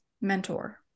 mentor